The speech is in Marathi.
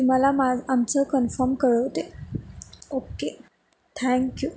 तुम्हाला मा आमचं कन्फर्म कळवते ओके थँक्यू